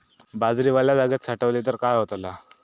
बाजरी वल्या जागेत साठवली तर काय होताला?